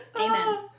Amen